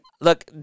Look